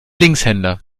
linkshänder